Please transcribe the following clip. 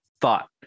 thought